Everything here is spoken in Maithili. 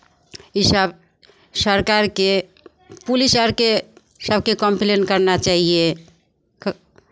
इसभ सरकारकेँ पुलिस आरके सभके कम्प्लेन करना चाहिये